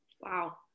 Wow